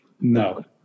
No